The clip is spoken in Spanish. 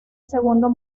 segundo